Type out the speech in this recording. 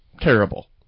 terrible